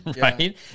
right